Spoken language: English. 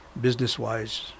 business-wise